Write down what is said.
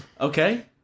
Okay